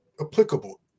applicable